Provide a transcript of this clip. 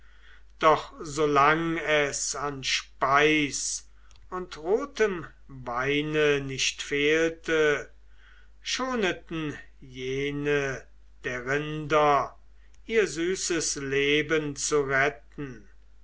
doch solang es an speis und rotem weine nicht fehlte schoneten jene der rinder ihr süßes leben zu retten